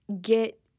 get